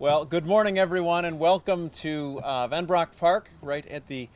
well good morning everyone and welcome to the park right at the